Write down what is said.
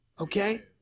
Okay